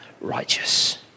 righteous